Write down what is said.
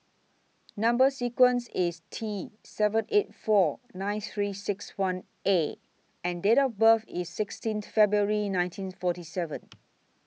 Number sequence IS T seven eight four nine three six one A and Date of birth IS sixteenth February nineteen forty seven